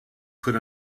put